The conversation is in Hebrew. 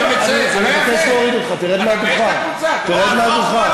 עם הצעקות שלך אתה מבייש את הקבוצה.